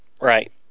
Right